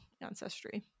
ancestry